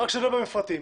שזה לא יהיה במפרטים.